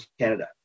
canada